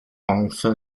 enfin